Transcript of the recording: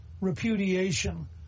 repudiation